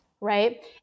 right